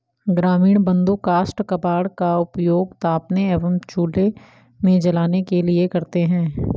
ग्रामीण बंधु काष्ठ कबाड़ का उपयोग तापने एवं चूल्हे में जलाने के लिए करते हैं